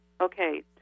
okay